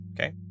Okay